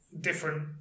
different